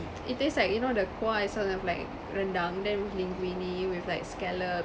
it taste like you know the kuah is sort of like rendang then with linguine with like scallops